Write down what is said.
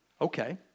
Okay